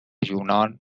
یونان